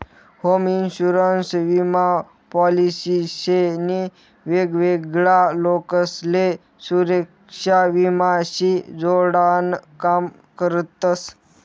home insurance विमा policy शे नी वेगवेगळा लोकसले सुरेक्षा विमा शी जोडान काम करतस